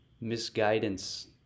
misguidance